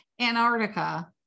Antarctica